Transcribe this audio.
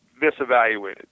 misevaluated